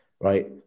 Right